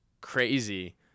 crazy